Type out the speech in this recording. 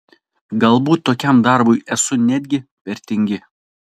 galbūt tokiam darbui esu netgi per tingi